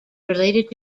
related